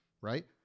Right